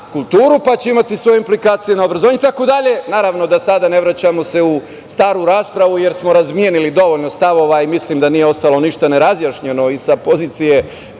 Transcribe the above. pa će imati svoje implikacije na obrazovanje, itd. Naravno, da sada ne vraćamo se u staru raspravu, jer smo razmenili dovoljno stavova i mislim da nije ostalo ništa nerazjašnjeno i sa pozicije